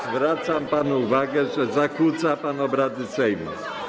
Zwracam panu uwagę, że zakłóca pan obrady Sejmu.